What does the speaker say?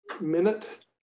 minute